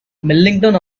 millington